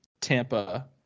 Tampa